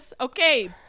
Okay